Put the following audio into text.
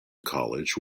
college